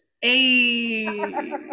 Hey